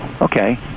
okay